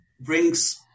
brings